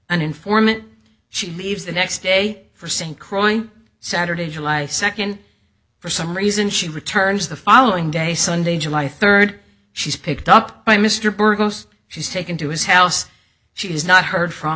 an informant she leaves the next day for st croix saturday july second for some reason she returns the following day sunday july third she's picked up by mr burgos she's taken to his house she has not heard from